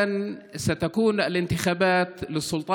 (אומר דברים בשפה